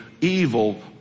evil